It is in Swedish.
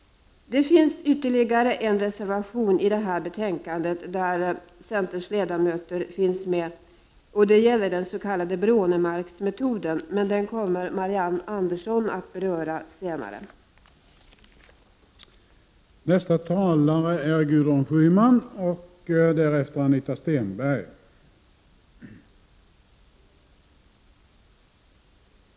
Det finns i det här betänkandet ytterligare en reservation som centerledamöter står bakom. Den handlar om den s.k. Brånemarksmetoden och kommer att behandlas senare av Marianne Andersson.